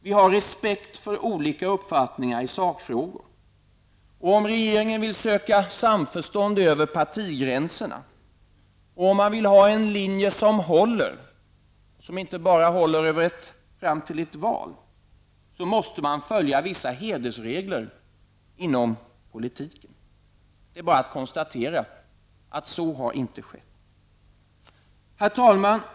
Vi har respekt för olika uppfattningar i sakfrågor och om regeringen vill söka samförstånd över partigränserna och om den vill ha en linje som håller -- inte bara fram till ett val -- så måste man följa vissa hedersregler inom politiken. Det är bara att konstatera att så inte har skett. Herr talman!